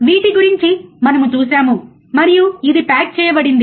వీటి గురించి మనము చూసాము మరియు ఇది ప్యాక్ చేయబడింది